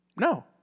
No